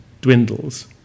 dwindles